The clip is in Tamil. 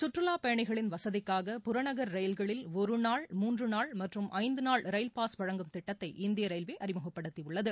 சுற்றுலாப் பயணிகளின் வசதிக்காக புறநகர் ரயில்களில் ஒருநாள் மூன்று நாள் மற்றும் ஐந்து நாள் ரயில் பாஸ் வழங்கும் திட்டத்தை இந்திய ரயில்வே அறிமுகப்படுத்தியுள்ளது